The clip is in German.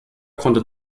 konnte